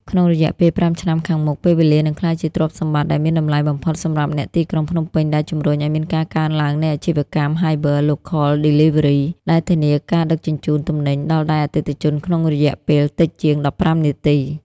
ក្នុងរយៈពេល ៥ ឆ្នាំខាងមុខ ពេលវេលានឹងក្លាយជាទ្រព្យសម្បត្តិដែលមានតម្លៃបំផុតសម្រាប់អ្នកទីក្រុងភ្នំពេញ ដែលជម្រុញឱ្យមានការកើនឡើងនៃអាជីវកម្ម "Hyper-local delivery" ដែលធានាការដឹកជញ្ជូនទំនិញដល់ដៃអតិថិជនក្នុងរយៈពេលតិចជាង ១៥ នាទី។